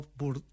por